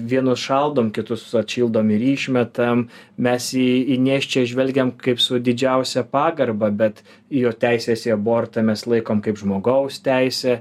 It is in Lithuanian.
vienus šaldom kitus atšildom ir išmetam mes į į nėščią žvelgiam kaip su didžiausia pagarba bet į jo teises į abortą mes laikome kaip žmogaus teise